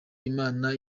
imana